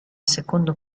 secondo